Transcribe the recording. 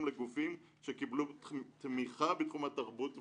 לגופים שקיבלו תמיכה בתחום התרבות והאומנות,